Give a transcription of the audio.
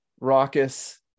raucous